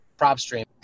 PropStream